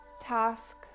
task